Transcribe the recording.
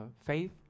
faith